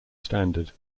standard